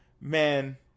man